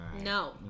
no